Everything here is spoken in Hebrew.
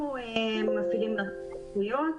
אנחנו מפעילים מרכז זכויות,